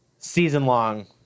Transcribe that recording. Season-long